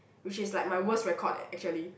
which is like my worst record actually